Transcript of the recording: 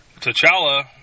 T'Challa